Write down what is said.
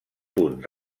punt